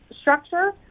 structure